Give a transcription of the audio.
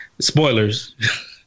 spoilers